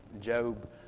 Job